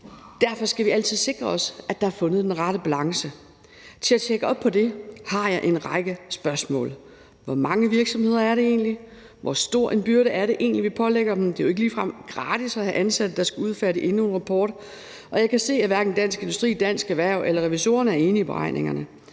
Derfor skal vi altid sikre os, at der er fundet den rette balance. Til at tjekke op på det har jeg en række spørgsmål. Hvor mange virksomheder er det egentlig? Hvor stor en byrde er det egentlig, vi pålægger dem? Det er jo ikke ligefrem gratis at have ansatte, der skal udfærdige endnu en rapport. Og jeg kan se, at hverken Dansk Industri, Dansk Erhverv eller revisorerne er enige i beregningerne.